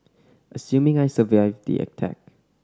assuming I survived the attack